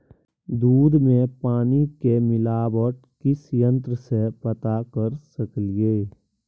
दूध में पानी के मिलावट किस यंत्र से पता कर सकलिए?